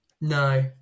no